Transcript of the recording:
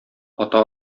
ата